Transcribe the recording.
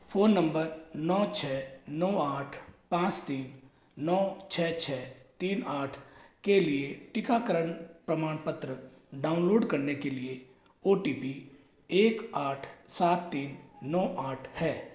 phone number नौ छ नौ आठ पाँच तीन नौ छ छ तीन आठ के लिए टीकाकरण प्रमाणपत्र डाउनलोड करने के लिए ओ टी पी एक आठ सात तीन नौ आठ है